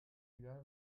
egal